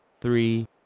three